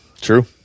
true